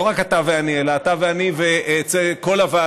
לא רק אתה ואני אלא אתה ואני וכל הוועדה,